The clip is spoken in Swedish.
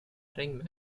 ring